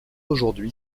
aujourd’hui